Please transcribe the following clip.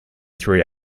three